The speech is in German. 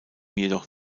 jedoch